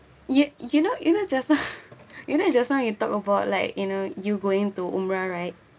you you know you know just now you know just now you talk about like you know you going to umrah right